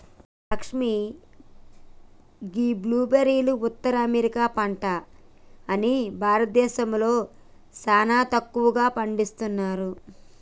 లక్ష్మీ గీ బ్లూ బెర్రీలు ఉత్తర అమెరికా పంట అని భారతదేశంలో సానా తక్కువగా పండిస్తున్నారు